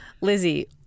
Lizzie